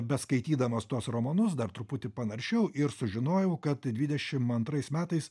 beskaitydamas tuos romanus dar truputį panaršiau ir sužinojau kad dvidešim antrais metais